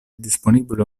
disponibile